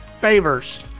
favors